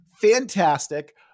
Fantastic